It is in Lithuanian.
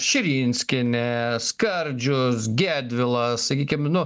širinskienė skardžius gedvilas sakykim nu